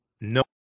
no